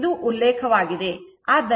ಇದು ಉಲ್ಲೇಖವಾಗಿದೆ